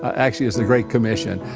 actually it's the great commission,